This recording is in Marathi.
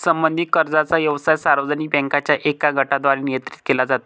संबंधित कर्जाचा व्यवसाय सार्वजनिक बँकांच्या एका गटाद्वारे नियंत्रित केला जातो